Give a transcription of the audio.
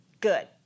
Good